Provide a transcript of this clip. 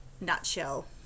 nutshell